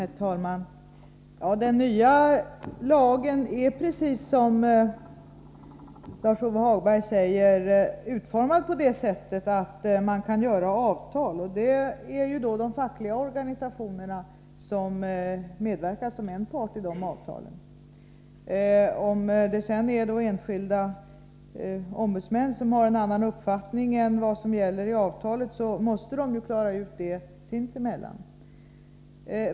Herr talman! Den nya lagen är, precis som Lars-Ove Hagberg säger, utformad på det sättet att avtal kan träffas. De fackliga organisationerna utgör en part i det sammanhanget. Om sedan enskilda ombudsmän har en annan uppfattning om avtalen, måste de sinsemellan komma överens.